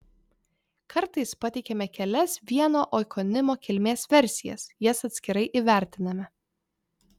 kartais pateikiame kelias vieno oikonimo kilmės versijas jas atskirai įvertiname